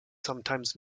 sometimes